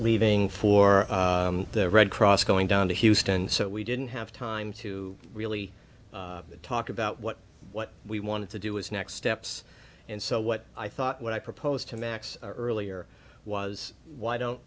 leaving for the red cross going down to houston so we didn't have time to really talk about what what we wanted to do was next steps and so what i thought when i proposed to max earlier was why don't